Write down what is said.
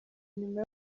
nyuma